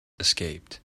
escaped